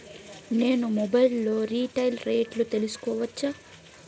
నేను మొబైల్ లో రీటైల్ రేట్లు తెలుసుకోవచ్చా?